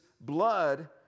blood